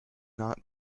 not